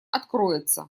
откроется